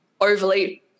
overly